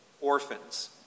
orphans